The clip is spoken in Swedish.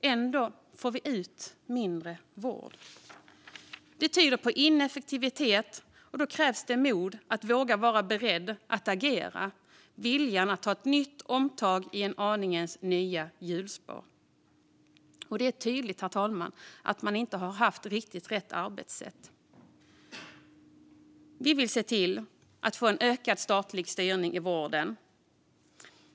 Ändå får vi ut mindre vård. Det tyder på ineffektivitet, och då krävs det mod att våga agera. Det handlar om att ta ett omtag i nya hjulspår. Det är tydligt att man inte har haft rätt arbetssätt. Vi vill få en ökad statlig styrning i vården.